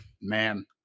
man